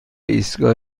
ایستگاه